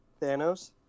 thanos